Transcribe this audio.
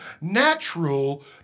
natural